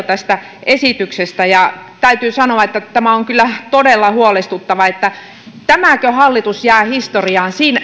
tästä esityksestä täytyy sanoa että että tämä on kyllä todella huolestuttavaa tämäkö hallitus jää historiaan sinä